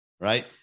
right